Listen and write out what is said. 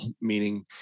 meaning